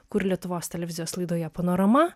kur lietuvos televizijos laidoje panorama